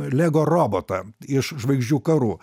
lego robotą iš žvaigždžių karų